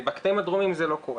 בקטעים הדרומיים זה לא קורה.